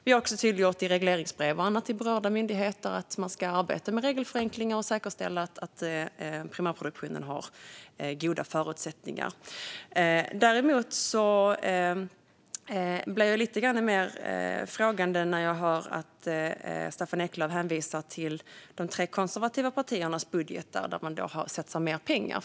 Vi har även tydliggjort i regleringsbrev och annat till berörda myndigheter att man ska arbeta med regelförenklingar och säkerställa att primärproduktionen har goda förutsättningar. Jag ställer mig däremot lite frågande till att Staffan Eklöf hänvisar till de tre konservativa partiernas budgetar och att de har satsat mer pengar.